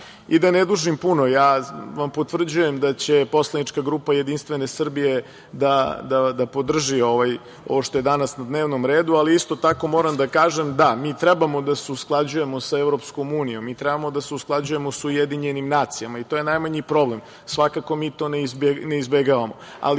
ne dužim puto, ja vam potvrđujem da će poslanička grupa JS da podrži ovo što je danas na dnevnom redu, ali isto tako moram da kažem, da, mi trebamo da se usklađujemo sa EU, mi trebamo da se usklađujemo sa UN i to je najmanji problem, svakako mi to ne izbegavamo, ali